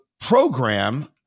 program